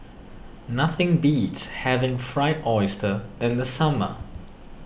nothing beats having Fried Oyster in the summer